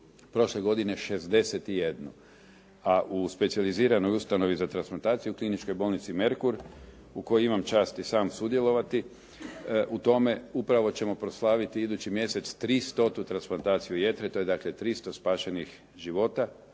Prošle godine 61. a u specijaliziranoj ustanovi za transplantaciju Kliničkoj bolnici "Merkur" u kojoj imam čast i sam sudjelovati u tome, upravo ćemo proslaviti idući mjesec 300 transplantaciju jetre, to je dakle 300 spašenih života